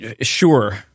Sure